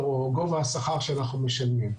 שאנחנו משלמים.